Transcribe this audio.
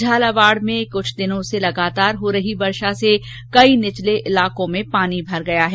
झालावाड़ में पिछले कुछ दिनों से लगातार हो रही वर्षा से कई निचले इलाको में पानी भर गया है